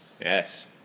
Yes